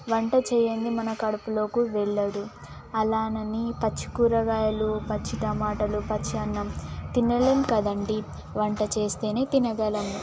వంట చేయనిదే మన కడుపులోకి వెళ్ళదు అలా అని పచ్చి కూరగాయలు పచ్చి టమాటోలు పచ్చి అన్నం తినలేము కదండి వంట చేస్తేనే తినగలము